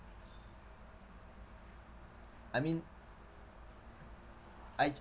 I mean I